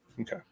Okay